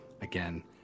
again